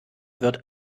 wird